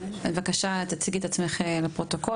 בבקשה, תציגי את עצמך לפרוטוקול.